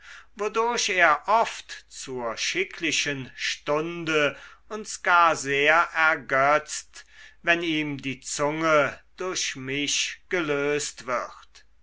wodurch er oft zur schicklichen stunde uns gar sehr ergötzt wenn ihm die zunge durch mich gelöst wird